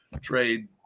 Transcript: trade